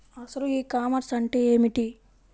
అసలు e commerce అంటే ఏమిటి?